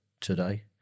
today